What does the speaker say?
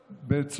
המשכנתאות,